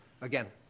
Again